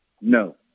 No